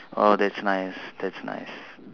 oh that's nice that's nice